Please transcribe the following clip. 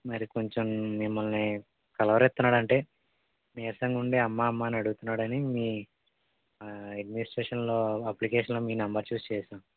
మరీ కొంచెం మిమ్మల్నీ కలవరిస్తున్నాడు అంటే నీరసంగా ఉండి అమ్మ అమ్మ అని అడుగుతున్నాడనీ మీ అడ్మినిస్ట్రేషన్లో అప్ప్లికషణ్లో మీ నంబర్ చూసి చేసాం